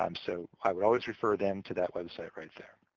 um so i would always refer them to that website right there.